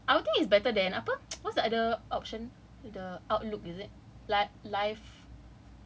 mm I think it's better than apa what's the other option the outlook is it live live